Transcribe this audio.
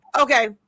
Okay